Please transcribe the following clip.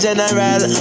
General